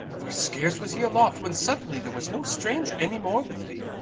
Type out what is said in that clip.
for scarce was he aloft, when suddenly there was no stranger any more with me,